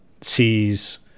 sees